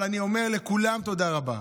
אני אומר לכולם תודה רבה,